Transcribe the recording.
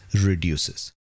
reduces